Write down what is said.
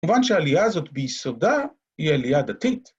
מובן שהעלייה הזאת ביסודה היא עלייה דתית.